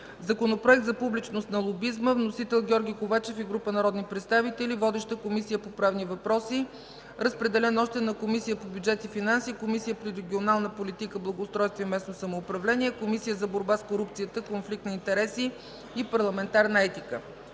Законопроект за публичност на лобизма. Вносител – Георги Ковачев и група народни представители. Водеща – Комисията по правни въпроси. Разпределен е на Комисията по бюджет и финанси; Комисията по регионална политика, благоустройство и местно самоуправление; Комисията за борба с корупцията, конфликт на интереси и парламентарна етика.